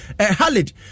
Halid